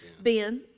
Ben